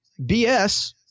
BS